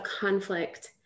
conflict